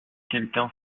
quelqu’un